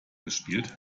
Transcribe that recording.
gespielt